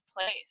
place